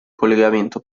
collegamento